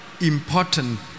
important